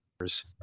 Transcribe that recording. years